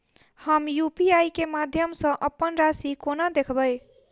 हम यु.पी.आई केँ माध्यम सँ अप्पन राशि कोना देखबै?